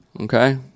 okay